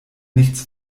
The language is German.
nichts